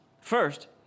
First